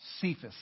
Cephas